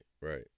right